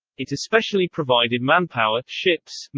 it especially provided manpower, ships,